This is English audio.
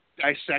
dissect